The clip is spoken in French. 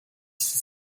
six